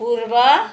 पूर्व